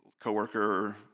coworker